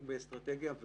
לעסוק באסטרטגיה.